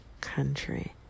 country